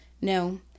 No